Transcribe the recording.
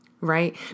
right